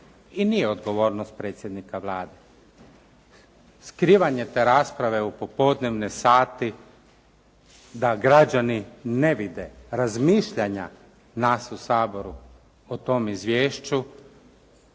i nije odgovornost predsjednika Vlade. Skrivanje te rasprave u popodnevne sate da građani ne vide razmišljanja nas u Saboru o tom izvješću,